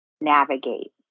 navigate